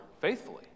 faithfully